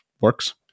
works